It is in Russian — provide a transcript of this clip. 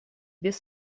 без